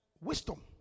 Wisdom